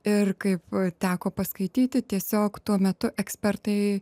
ir kaip teko paskaityti tiesiog tuo metu ekspertai